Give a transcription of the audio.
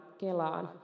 kelaan